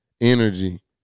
energy